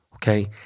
Okay